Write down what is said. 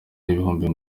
n‟ibihumbi